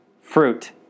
fruit